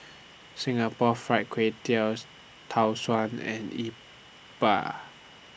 Singapore Fried Kway Tiao Tau Suan and Yi Bua